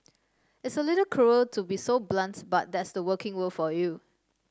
it's a little cruel to be so blunt but that's the working world for you